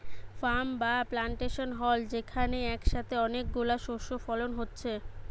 farm বা plantation হল যেখানে একসাথে অনেক গুলো শস্য ফলন হচ্ছে